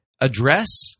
address